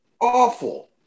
awful